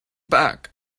back